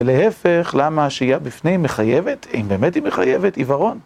להפך, למה השהייה בפנים מחייבת, אם באמת היא מחייבת, עיוורון.